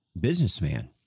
businessman